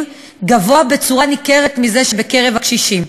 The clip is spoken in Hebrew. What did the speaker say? גבוה במידה ניכרת מזה שבקרב הקשישים.